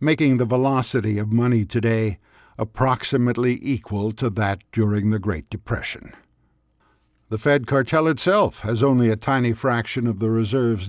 making the velocity of money today approximately equal to that during the great depression the fed cartel itself has only a tiny fraction of the reserves